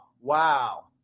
Wow